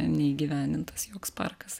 neįgyvendintas joks parkas